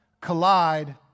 collide